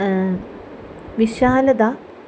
विशालता